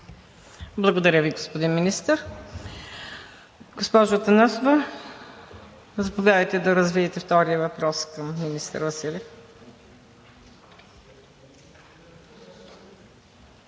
Благодаря Ви, господин Министър. Госпожо Атанасова, заповядайте да развиете втория въпрос към министър Василев.